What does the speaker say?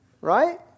Right